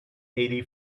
eighty